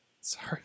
Sorry